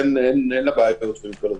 אין לנו שם בעיה כי אין שם כמעט מגבלות.